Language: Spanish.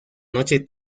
noche